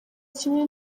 kinini